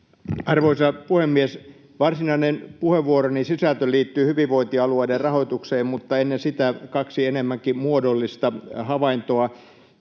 Arvoisa puhemies! Varsinainen puheenvuoroni sisältö liittyy hyvinvointialueiden rahoitukseen, mutta ennen sitä kaksi enemmänkin muodollista havaintoa.